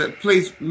Please